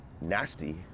nasty